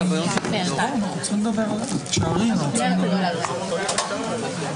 אני מניח שאנחנו לא נתנגד להצעה,